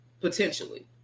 potentially